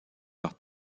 leurs